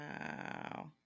Wow